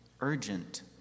urgent